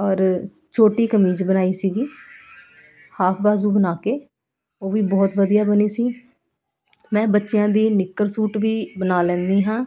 ਔਰ ਛੋਟੀ ਕਮੀਜ਼ ਬਣਾਈ ਸੀਗੀ ਹਾਫ ਬਾਜੂ ਬਣਾ ਕੇ ਉਹ ਵੀ ਬਹੁਤ ਵਧੀਆ ਬਣੀ ਸੀ ਮੈਂ ਬੱਚਿਆਂ ਦੀ ਨਿੱਕਰ ਸੂਟ ਵੀ ਬਣਾ ਲੈਂਂਦੀ ਹਾਂ